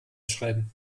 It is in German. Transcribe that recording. schreiben